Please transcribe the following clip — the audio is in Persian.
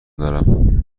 دارم